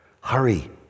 hurry